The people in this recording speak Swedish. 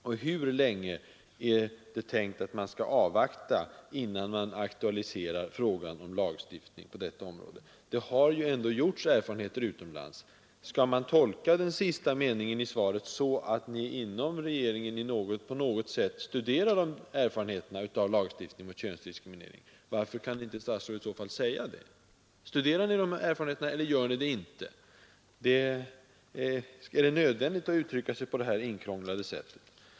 Och hur länge är det tänkt att man skall avvakta innan man aktualiserar frågan om lagstiftning på detta område? Det har ju ändå gjorts erfarenheter utomlands. Skall man tolka den sista meningen i svaret så att ni inom regeringen på något sätt studerar erfarenheterna av lagstiftning mot könsdiskriminering? Varför kan inte statsrådet i så fall säga det? Studerar ni erfarenheterna eller gör ni det inte? Är det nödvändigt att uttrycka sig på det här tillkrånglade sättet?